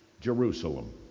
Jerusalem